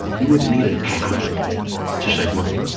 you wouldn't need an app to save money.